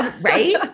Right